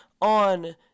on